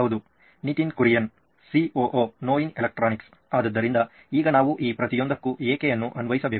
Nitin Kurian COO ನೋಯಿನ್ electronics ಆದ್ದರಿಂದ ಈಗ ನಾವು ಈ ಪ್ರತಿಯೊಂದಕ್ಕೂ "ಏಕೆ" ಅನ್ನು ಅನ್ವಯಿಸಬೇಕು